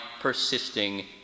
persisting